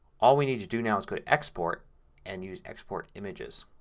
all we need to do now is go to export and use export images.